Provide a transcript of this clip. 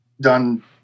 done